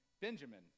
Benjamin